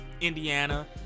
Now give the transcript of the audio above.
Indiana